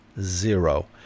zero